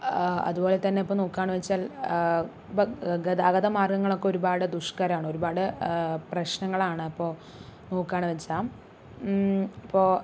അതുപോലെതന്നെ ഇപ്പോൾ നോക്കുകയാണ് വെച്ചാൽ ഇപ്പോൾ ഗതാഗത മാർഗ്ഗങ്ങളൊക്കെ ഒരുപാട് ദുഷ്കരമാണ് ഒരുപാട് പ്രശ്നങ്ങളാണ് ഇപ്പോൾ നോക്കുകയാണ് വെച്ചാൽ ഇപ്പോൾ